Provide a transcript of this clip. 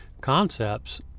concepts